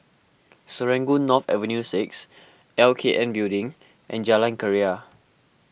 Serangoon North Avenue six L K N Building and Jalan Keria